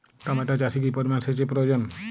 Tomato চাষে কি পরিমান সেচের প্রয়োজন?